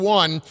one